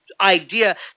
idea